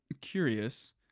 curious